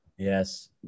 Yes